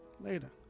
later